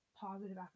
positive